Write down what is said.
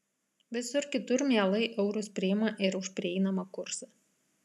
visur kitur mielai eurus priima ir už prieinamą kursą